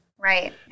Right